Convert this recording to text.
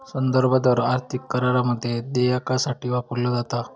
संदर्भ दर आर्थिक करारामध्ये देयकासाठी वापरलो जाता